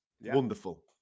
Wonderful